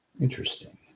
Interesting